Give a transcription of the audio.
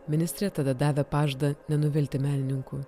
ministrė tada davė pažadą nenuvilti menininkų